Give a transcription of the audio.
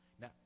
Now